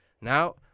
now